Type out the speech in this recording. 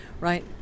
right